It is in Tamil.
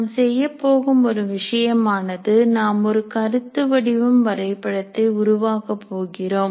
நாம் செய்யப்போகும் ஒரு விஷயம் ஆனது நாம் ஒரு கருத்து வடிவம் வரைபடத்தை உருவாக்க போகிறோம்